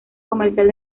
comercial